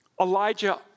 Elijah